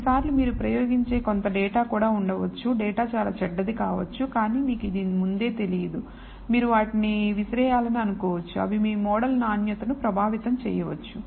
కొన్నిసార్లు మీరు ప్రయోగించే కొంత డేటా కూడా ఉండవచ్చు డేటా చాలా చెడ్డది కావచ్చు కానీ మీకు ఇది ముందే తెలియదు మీరు వాటిని విసిరేయాలని అనుకోవచ్చు అవి మీ మోడల్ నాణ్యతను ప్రభావితం చేయవచ్చు